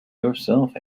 yourself